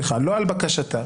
לא על בקשתך.